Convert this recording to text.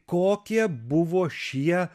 kokie buvo šie